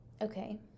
Okay